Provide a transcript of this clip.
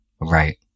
Right